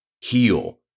heal